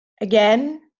again